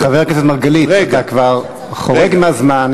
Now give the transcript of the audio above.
חבר הכנסת מרגלית, אתה כבר חורג מהזמן.